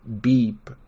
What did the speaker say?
Beep